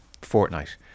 fortnight